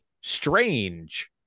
Strange